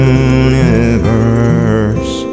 universe